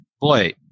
boy